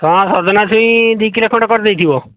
ହଁ ସଜନା ଛୁଇଁ ଦୁଇ କିଲୋ ଖଣ୍ଡେ କରିଦେଇଥିବ